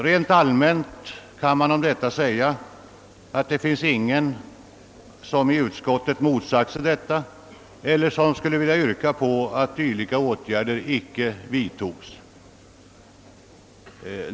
Rent allmänt kan jag säga att ingen i utskottet motsatt sig förslaget eller skulle vilja yrka på att dylika åtgärder icke vidtogs.